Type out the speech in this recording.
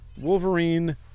Wolverine